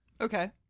Okay